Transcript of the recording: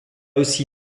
aussi